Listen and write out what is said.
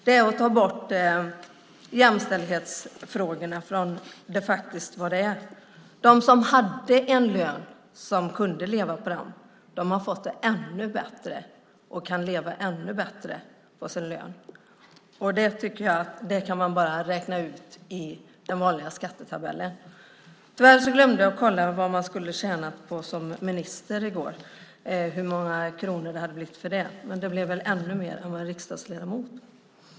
Det är att ta bort jämställdhetsfrågorna från vad de faktiskt är. De som hade en lön som de kunde leva på har fått det ännu bättre och kan leva ännu bättre på sin lön. Det kan man räkna ut i den vanliga skattetabellen. Jag glömde tyvärr att kolla vad man skulle tjäna som minister, hur många kronor det hade blivit, men det blir väl ännu mer än för en riksdagsledamot.